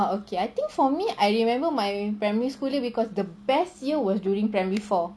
oh okay I think for me I remember my primary school because the best year was during primary four